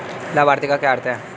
लाभार्थी का क्या अर्थ है?